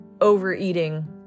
overeating